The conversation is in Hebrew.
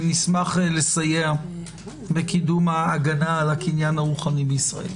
ונשמח לסייע בקידום ההגנה על הקניין הרוחני בישראל.